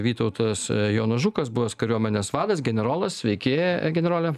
vytautas jonas žukas buvęs kariuomenės vadas generolas sveiki generole